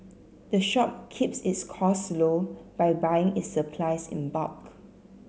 the shop keeps its costs low by buying its supplies in bulk